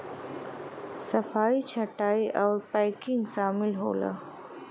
सफाई छंटाई आउर पैकिंग सामिल होला